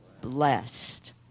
blessed